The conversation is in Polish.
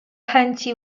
chęci